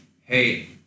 hey